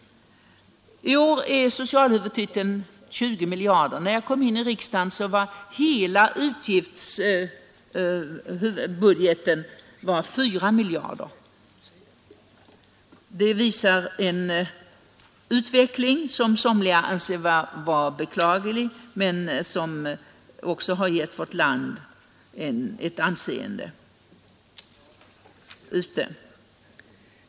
I år omfattar socialhuvudtiteln 20 miljarder. När jag kom in i riksdagen omfattade hela den sociala utgiftsbudgeten 4 miljarder. Detta visar på en utveckling som somliga anser vara beklaglig men som har gett vårt land ett anseende ute i världen.